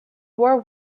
war